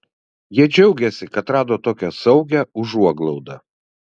jie džiaugiasi kad rado tokią saugią užuoglaudą